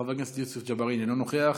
חבר הכנסת יוסף ג'בארין אינו נוכח,